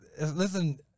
listen